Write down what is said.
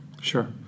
Sure